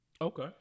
Okay